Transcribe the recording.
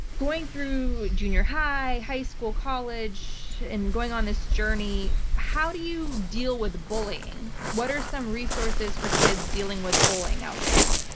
going through junior high, high school, college, and going on this journey, how do you deal with bullying? what are some resources for kids dealing with bullying out there?